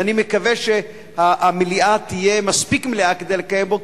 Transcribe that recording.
ואני מקווה שהמליאה תהיה מספיק מלאה כדי לקיים אותו,